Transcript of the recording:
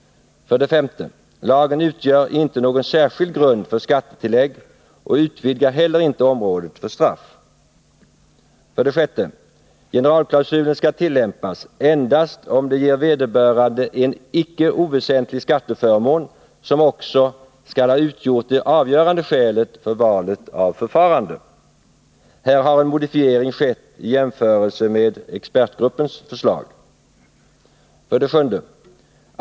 5. Lagen utgör inte någon särskild grund för skattetillägg och utvidgar Nr 34 heller inte området för straff. Onsdagen den 6. Generalklausulen skall tillämpas endast om den ger vederbörande en 26 november 1980 inte oväsentlig skatteförmån som också skall ha utgjort det avgörande skälet för valet av förfarande. Här har en modifiering skett i jämförelse med expertgruppens förslag. 7.